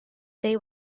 they